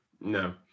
no